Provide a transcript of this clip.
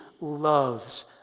loves